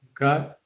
Okay